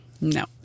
No